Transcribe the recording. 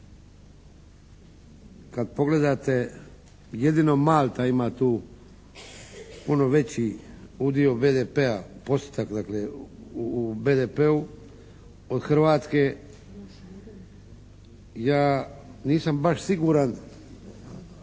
Kad pogledate jedino Malta ima tu puno veći BDP-a postotak dakle u BDP-u od Hrvatske. Ja nisam baš siguran